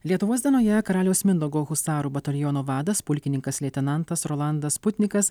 lietuvos dienoje karaliaus mindaugo husarų bataliono vadas pulkininkas leitenantas rolandas putnikas